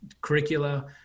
curricula